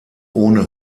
ohne